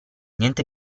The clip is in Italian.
niente